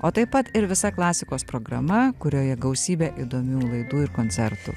o taip pat ir visa klasikos programa kurioje gausybė įdomių laidų ir koncertų